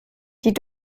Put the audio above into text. die